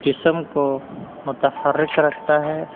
جسم کو متحرک رکھتا ہے